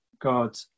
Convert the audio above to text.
God